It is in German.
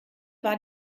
war